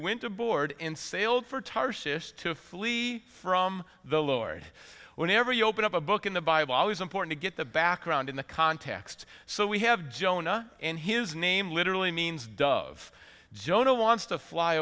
aboard and sailed for tarshish to flee from the lord whenever you open up a book in the bible always important to get the background in the context so we have jonah and his name literally means doug of jonah wants to fly